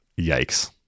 yikes